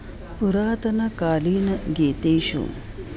पुरातनकालीनगीतेषु